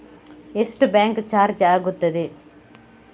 ಎಷ್ಟು bank charge ಆಗುತ್ತದೆ?